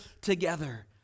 together